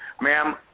ma'am